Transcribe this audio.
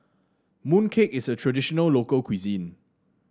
mooncake is a traditional local cuisine